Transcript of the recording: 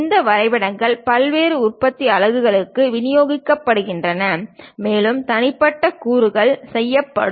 இந்த வரைபடங்கள் பல்வேறு உற்பத்தி அலகுகளுக்கு விநியோகிக்கப்படுகின்றன மேலும் தனிப்பட்ட கூறுகள் செய்யப்படும்